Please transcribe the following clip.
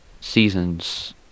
season's –